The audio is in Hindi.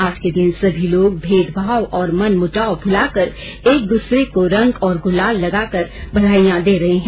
आज के दिन सभी लोग भेदभाव और मनमुटाव भुलाकर एक दूसरे को रंग और गुलाल लगाकर बधाईयां दे रहे हैं